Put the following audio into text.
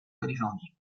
californie